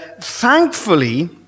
thankfully